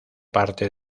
parte